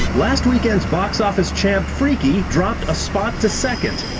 last weekend's box office champ freaky dropped a spot to second.